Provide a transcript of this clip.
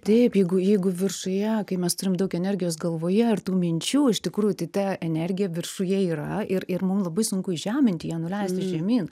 taip jeigu jeigu viršuje kai mes turim daug energijos galvoje ir tų minčių iš tikrųjų tai ta energija viršuje yra ir ir mum labai sunku įžeminti ją nuleisti žemyn